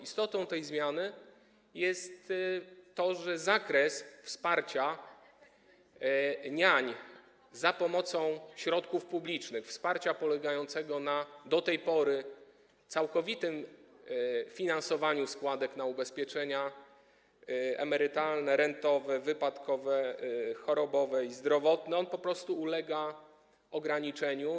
Istotą tej zmiany jest to, że zakres wsparcia niań za pomocą środków publicznych, wsparcia polegającego do tej pory na całkowitym finansowaniu składek na ubezpieczenia emerytalne, rentowe, wypadkowe, chorobowe i zdrowotne, po prostu ulega ograniczeniu.